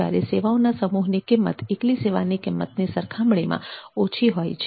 જ્યારે સેવાઓના સમૂહની કિંમત એકલી સેવાની સરખામણીમાં ઓછી હોય છે